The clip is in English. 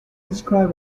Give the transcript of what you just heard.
described